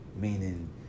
Meaning